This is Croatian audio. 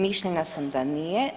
Mišljenja sam da nije.